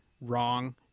wrong